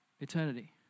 eternity